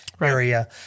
area